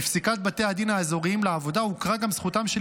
בפסיקת בתי הדין האזוריים לעבודה הוכרה גם זכותם של